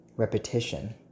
repetition